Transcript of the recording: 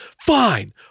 fine